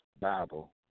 Bible